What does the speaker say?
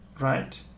Right